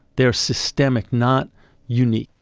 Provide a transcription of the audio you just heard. they are systemic, not unique.